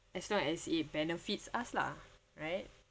as long as it benefits us lah right